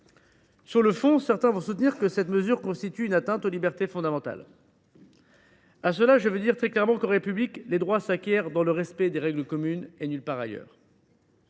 Sur le fond, certains soutiendront que cette mesure constitue une atteinte aux libertés fondamentales. À ceux là, je veux dire très clairement que, en République, les droits s’acquièrent dans le respect des règles communes, et d’aucune autre